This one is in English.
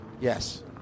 Yes